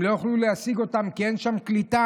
הם לא יוכלו להשיג אותם, כי אין שם קליטה.